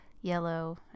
yellow